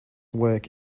work